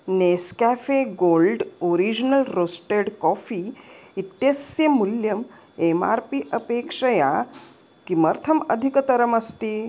Nescafe gold original roasted coffee इत्यस्य मुल्यम् M R P अपेक्षया किमर्थम् अधिकतरमस्ति